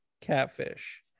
catfish